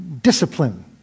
discipline